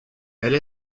elle